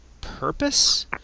purpose